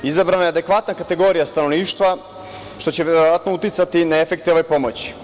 Izabrana je adekvatna kategorija stanovništva, što će verovatno uticati na efekte ove pomoći.